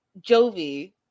Jovi